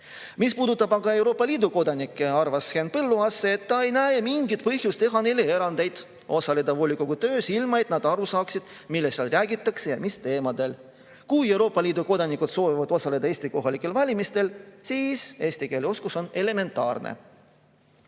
Mis puudutab aga [muid] Euroopa Liidu kodanikke, siis arvas Henn Põlluaas, et ta ei näe mingit põhjust teha neile erandeid võimaluses osaleda volikogu töös, ilma et nad aru saaksid, millest seal räägitakse, mis teemadel. Kui [muud] Euroopa Liidu kodanikud soovivad osaleda Eesti kohalikel valimistel, siis eesti keele oskuse nõue on elementaarne.